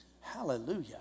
Hallelujah